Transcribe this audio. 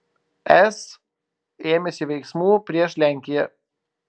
es ėmėsi veiksmų prieš lenkiją